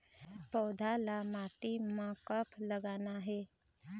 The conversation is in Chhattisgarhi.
पौधा ला माटी म कब लगाना हे?